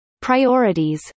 priorities